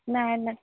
নাই নাই